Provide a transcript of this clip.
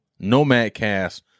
Nomadcast